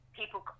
people